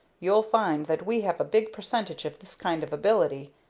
you'll find that we have a big percentage of this kind of ability.